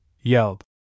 yelled